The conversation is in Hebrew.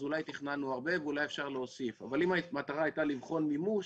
אז אולי תכננו הרבה ואולי אפשר להוסיף אבל אם המטרה הייתה לבחון מימוש,